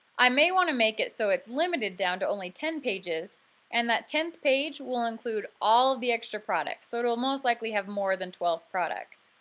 i may want to make it so it is limited down to only ten pages and that tenth page will include all of the extra products, so it'll most likely have more than twelve products.